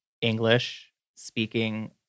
English-speaking